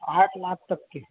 आठ लाख तक के